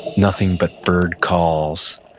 nothing but bird calls.